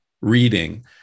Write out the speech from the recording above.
Reading